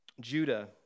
Judah